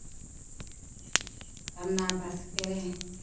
ᱥᱟᱨᱱᱟ ᱵᱟᱥᱠᱮ